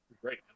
Great